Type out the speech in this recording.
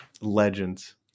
legends